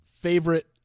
favorite